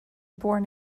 born